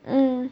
mm